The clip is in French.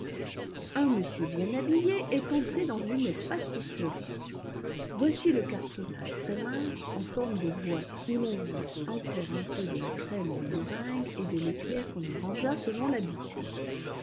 un monsieur bien habillé est entré dans une pâtisserie voici le cartonnage très mince en forme de boîte où l'on voit encore un peu de la crème des meringues et de l'éclair qu'on y rangea selon l'habitude